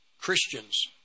Christians